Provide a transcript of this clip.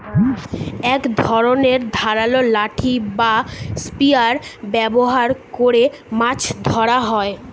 এক ধরনের ধারালো লাঠি বা স্পিয়ার ব্যবহার করে মাছ ধরা হয়